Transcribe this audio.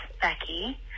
Becky